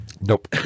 nope